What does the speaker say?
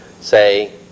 say